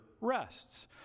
rests